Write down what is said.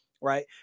right